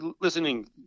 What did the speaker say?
listening